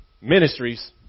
ministries